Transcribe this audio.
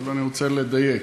אבל אני רוצה לדייק.